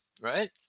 right